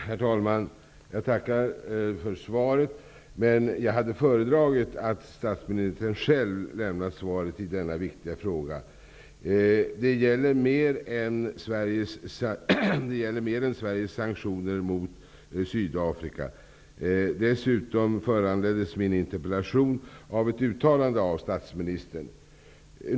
Herr talman! Jag tackar för svaret. Jag hade föredragit att statsministern själv hade lämnat svaret i denna viktiga fråga. Det gäller mer än Sveriges sanktioner mot Sydafrika. Dessutom föranleddes min interpellation av ett uttalande av statsministern.